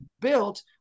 built